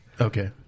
okay